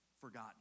forgotten